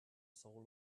soul